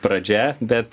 pradžia bet